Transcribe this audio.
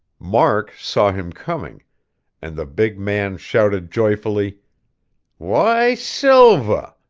mark saw him coming and the big man shouted joyfully why, silva!